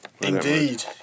Indeed